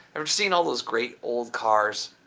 after seeing all those great old cars,